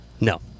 No